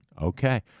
Okay